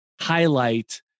highlight